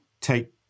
take